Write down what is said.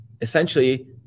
essentially